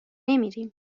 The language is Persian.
نمیریم